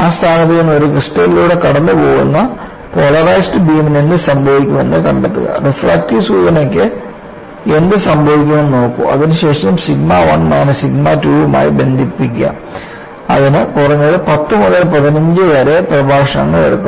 ആ സ്ഥാനത്ത് നിന്ന് ഒരു ക്രിസ്റ്റലിലൂടെ കടന്നുപോകുന്ന പോളറൈസ്ഡ് ബീമിന് എന്ത് സംഭവിക്കുമെന്ന് കണ്ടെത്തുക റിഫ്രാക്റ്റീവ് സൂചികയ്ക്ക് എന്ത് സംഭവിക്കുമെന്ന് നോക്കൂ അതിനുശേഷം സിഗ്മ 1 മൈനസ് സിഗ്മ 2 മായി ബന്ധിപ്പിക്കുക അതിന് കുറഞ്ഞത് 10 മുതൽ 15 വരെ പ്രഭാഷണങ്ങൾ എടുക്കും